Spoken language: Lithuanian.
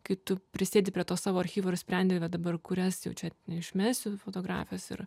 kai tu prisėdi prie to savo archyvo ir sprendi va dabar kurias jau čia išmesiu fotografijas ir